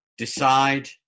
decide